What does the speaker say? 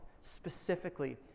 specifically